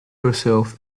herself